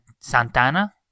Santana